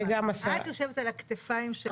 את יושבת על הכתפיים שלו.